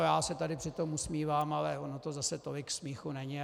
Já se tady při tom usmívám, ale ono to zase tolik k smíchu není.